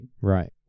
right